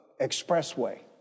expressway